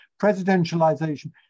Presidentialization